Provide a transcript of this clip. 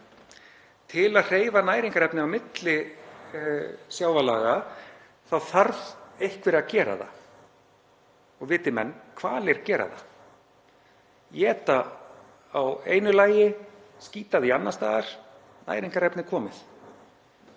Til að hreyfa næringarefni á milli sjávarlaga þá þarf einhver að gera það. Og viti menn, hvalir gera það, éta á einu lagi, skíta því annars staðar — næringarefni komið.